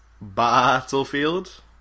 Battlefield